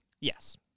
Yes